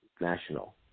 national